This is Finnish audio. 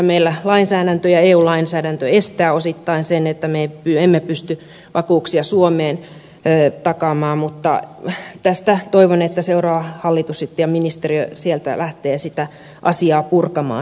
meillä lainsäädäntö ja eu lainsäädäntö aiheuttaa osittain sen että me emme pysty vakuuksia suomeen takaamaan mutta tästä toivon että seuraava hallitus ja ministeriö lähtevät sitä asiaa purkamaan